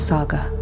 Saga